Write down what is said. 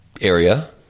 area